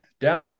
down